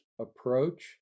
approach